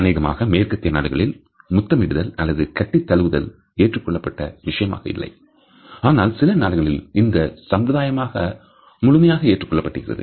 அனேகமாக மேற்கத்திய நாடுகளில் முத்தமிடுதல் அல்லது கட்டித் தழுவுதல் ஏற்றுக்கொள்ளப்பட்ட விஷயமாக இல்லை ஆனால் சில நாடுகளில் இது சம்பிரதாயமாக முழுமையாக ஏற்றுக்கொள்ளப்பட்டிருக்கிறது